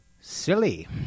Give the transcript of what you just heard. silly